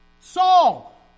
Saul